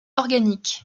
organique